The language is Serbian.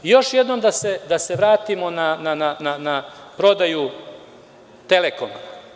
Još jednom da se vratimo na prodaju „Telekoma“